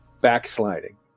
backsliding